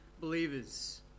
believers